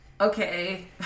Okay